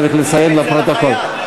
צריך לציין לפרוטוקול.